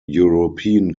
european